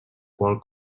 qual